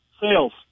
Sales